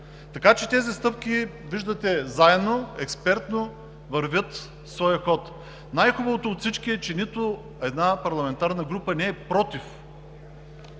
Така че тези стъпки, виждате, заедно, експертно, следват своя ход. Най-хубавото от всичко е, че нито една парламентарна група не е против,